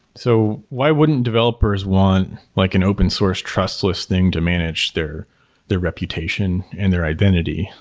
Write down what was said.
so why wouldn't developers want like an open source, trustless thing to manage their their reputation and their identity?